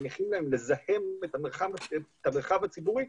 מניחים להן לזהם את המרחב הציבורי,